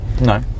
No